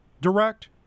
direct